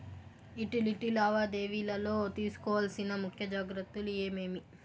Utility లావాదేవీల లో తీసుకోవాల్సిన ముఖ్య జాగ్రత్తలు ఏమేమి?